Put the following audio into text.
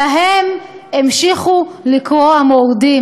שהמשיכו לקרוא להם "המורדים",